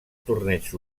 torneigs